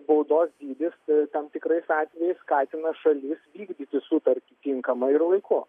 baudos dydis tam tikrais atvejais skatina šalis vykdyti sutartį tinkamai ir laiku